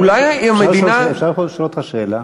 אולי המדינה, אפשר פה לשאול אותך שאלה?